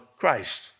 Christ